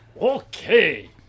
Okay